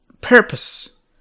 purpose